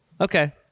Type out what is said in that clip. Okay